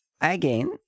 again